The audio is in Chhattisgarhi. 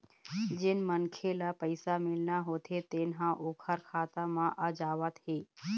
जेन मनखे ल पइसा मिलना होथे तेन ह ओखर खाता म आ जावत हे